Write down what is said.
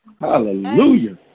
Hallelujah